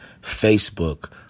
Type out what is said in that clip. Facebook